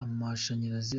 amashanyarazi